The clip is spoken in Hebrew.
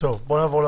בואו נעבור על